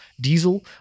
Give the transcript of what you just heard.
diesel